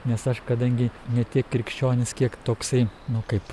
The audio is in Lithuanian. nes aš kadangi ne tiek krikščionis kiek toksai nu kaip